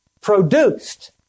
produced